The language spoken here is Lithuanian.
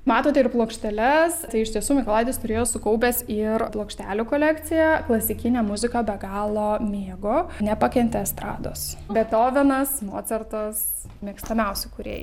matote ir plokšteles tai iš tiesų mykolaitis turėjo sukaupęs ir plokštelių kolekciją klasikinę muziką be galo mėgo nepakentė estrados bethovenas mocartas mėgstamiausi kūrėjai